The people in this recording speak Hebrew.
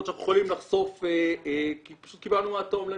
שאנחנו יכולים לחשוף כי פשוט קיבלנו מהתועמלניות.